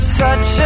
touch